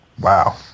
Wow